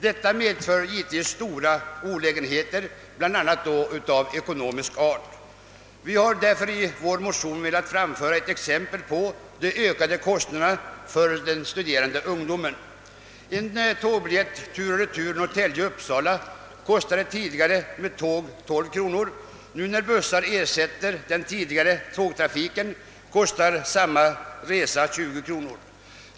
Detta medför givetvis stora olägenheter av bl.a. ekonomisk art. Vi har i vår motion anfört ett exempel på de ökade kostnaderna för studerande ungdom. En tur och retur-biljett för tågresa Norrtälje Uppsala kostade tidigare 12 kronor, men sedan bussar satts in som ersättning för tågtrafiken kostar samma resa 20 kronor.